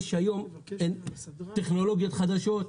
יש היום טכנולוגיות חדשות,